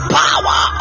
power